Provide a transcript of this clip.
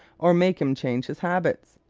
or make him change his habits.